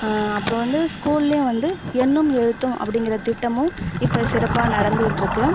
அப்புறம் வந்து ஸ்கூல்லேயும் வந்து எண்ணும் எழுத்தும் அப்படிங்குற திட்டமும் இப்போ சிறப்பாக நடந்துகிட்டு இருக்குது